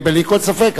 בלי כל ספק,